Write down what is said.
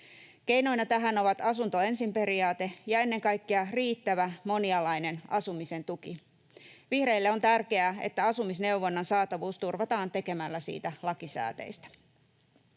Keinoina tähän ovat asunto ensin ‑periaate ja ennen kaikkea riittävä monialainen asumisen tuki. Vihreille on tärkeää, että asumisneuvonnan saatavuus turvataan tekemällä siitä lakisääteistä.